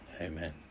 Amen